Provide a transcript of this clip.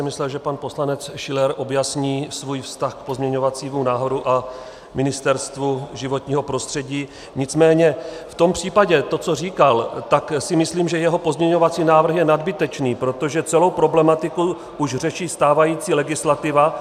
Myslel jsem, že pan poslanec Schiller objasní svůj vztah k pozměňovacímu návrhu a Ministerstvu životního prostředí, nicméně v tom případě to, co říkal, tak si myslím, že jeho pozměňovací návrh je nadbytečný, protože celou problematiku už řeší stávající legislativa.